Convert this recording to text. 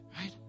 right